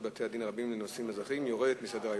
בתי-הדין הרבניים לנושאים אזרחיים יורדת מסדר-היום.